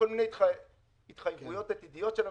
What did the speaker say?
מיני התחייבויות עתידיות של הממשלה.